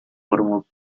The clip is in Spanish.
formó